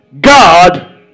God